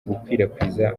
gukwirakwiza